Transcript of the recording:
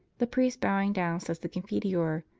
the priest, bowing down, says the confiteor.